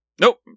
Nope